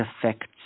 affects